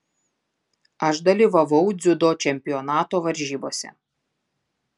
aš dalyvavau dziudo čempionato varžybose